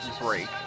break